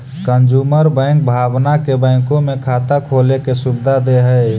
consumer bank भावना के बैंकों में खाता खोले के सुविधा दे हइ